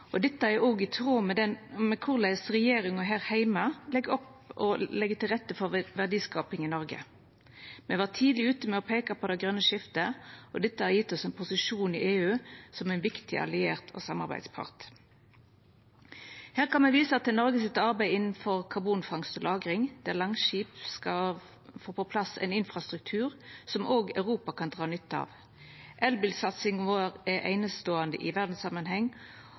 Dette er òg i tråd med korleis regjeringa her heime legg opp til og legg til rette for verdiskaping i Noreg. Me var tidleg ute med å peika på det grøne skiftet, og dette har gjeve oss ein posisjon i EU som ein viktig alliert og samarbeidspartnar. Her kan me visa til Noregs arbeid innanfor karbonfangst og -lagring, der Langskip skal få på plass ein infrastruktur som òg Europa kan dra nytte av. Elbilsatsinga vår er eineståande i verdssamanheng.